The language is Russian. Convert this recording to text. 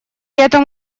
этом